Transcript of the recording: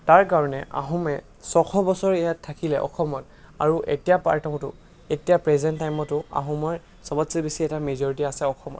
তাৰ কাৰণে আহোমে ছশ বছৰ ইয়াত থাকিলে অসমত আৰু এতিয়া পাৰ্টতো এতিয়া প্ৰেজেণ্ট টাইমতো আহোমৰ চবতছে বেছি এটা মেজৰিটি আছে অসমত